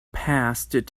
passed